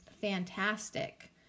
fantastic